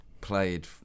played